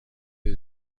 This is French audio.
the